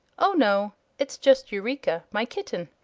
oh no it's just eureka, my kitten.